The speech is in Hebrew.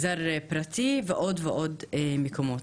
המגזר הפרטי ועוד ועוד מקומות.